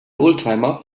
oldtimer